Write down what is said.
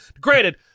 Granted